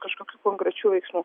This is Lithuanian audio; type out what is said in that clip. kažkokių konkrečių veiksmų